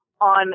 on